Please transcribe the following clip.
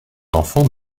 enfant